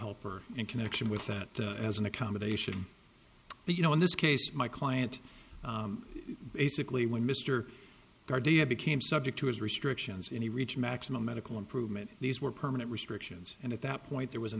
helper in connection with that as an accommodation but you know in this case my client basically when mr gardere became subject to his restrictions and he reach maximum medical improvement these were permanent restrictions and at that point there was an